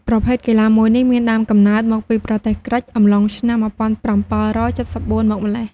ប្រភេទកីឡាមួយនេះ មានដើមកំណើតមកពីប្រទេសក្រិក អំឡុងឆ្នាំ១៧៧៤ មកម្ល៉េះ។